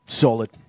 Solid